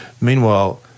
Meanwhile